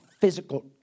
physical